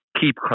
keep